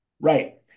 Right